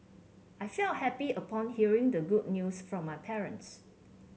I felt happy upon hearing the good news from my parents